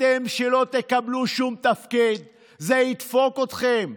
אתם שלא תקבלו שום תפקיד, זה ידפוק אתכם.